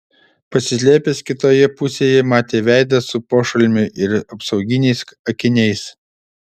pasislėpęs kitoje pusėje matė veidą su pošalmiu ir apsauginiais akiniais